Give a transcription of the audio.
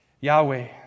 Yahweh